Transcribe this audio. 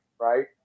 right